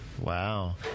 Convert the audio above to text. Wow